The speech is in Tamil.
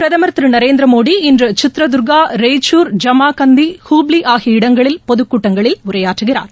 பிரதம் திரு நரேந்திரமோடி இன்று சித்ரதுர்கா ரெய்ச்சூர் ஜமகந்தி ஹுப்ளி ஆகிய இடங்களில் பொதுக்கூட்டங்களில் உரையாற்றுகிறார்